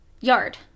Yard